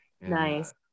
Nice